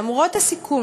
למרות הסיכום,